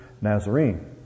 Nazarene